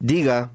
Diga